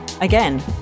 again